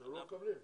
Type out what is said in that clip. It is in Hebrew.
אז הם לא מקבלים.